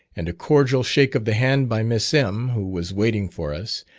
and a cordial shake of the hand by miss m, who was waiting for us,